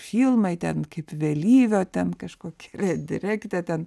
filmai ten kaip vėlyvio ten kažkoki re direktet ten